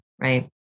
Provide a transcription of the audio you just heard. Right